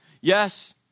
Yes